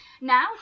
Now